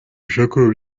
ijoro